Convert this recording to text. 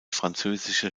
französische